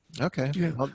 Okay